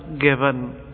given